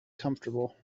comfortable